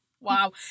Wow